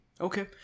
okay